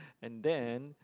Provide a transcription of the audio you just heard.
and then